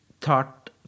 thought